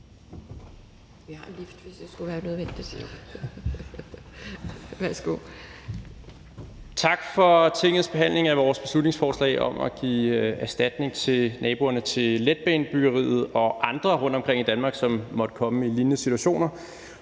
Tak for Tingets behandling af vores beslutningsforslag om at give erstatning til naboerne til letbanebyggeriet og andre rundtomkring i Danmark, som måtte komme i lignende situationer,